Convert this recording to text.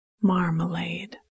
Marmalade